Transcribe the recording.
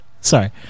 Sorry